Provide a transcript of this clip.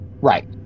right